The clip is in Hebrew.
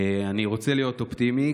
אני רוצה להיות אופטימי.